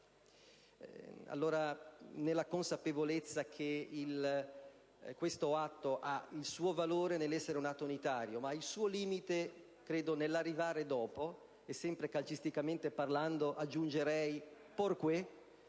Allora, nella consapevolezza che questo atto ha il suo valore nell'essere unitario e il suo limite - credo - nell'arrivare dopo, sempre calcisticamente parlando aggiungerei: *por